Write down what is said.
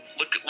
look